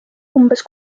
umbes